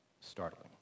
startling